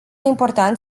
important